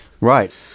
Right